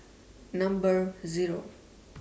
Number Zero